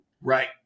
Right